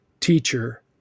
teacher